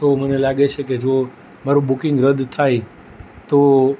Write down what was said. તો મને લાગે છે કે જો મારું બુકિંગ રદ્દ થાય તો